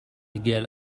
girl